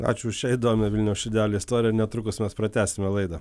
ačiū už šią įdomią vilniaus širdelių istoriją netrukus mes pratęsime laidą